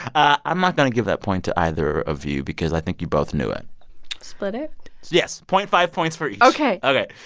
i'm not going to give that point to either of you because i think you both knew it split it yes zero point five points for each ok ok.